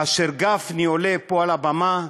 גם גפני עולה פה על הבימה ואומר: